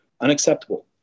Unacceptable